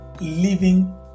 living